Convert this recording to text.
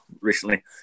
recently